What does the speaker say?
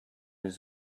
his